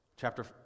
chapter